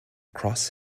cross